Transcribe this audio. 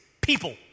people